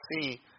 see